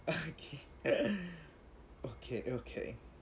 uh kay okay okay